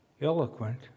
eloquent